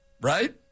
right